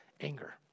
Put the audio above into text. anger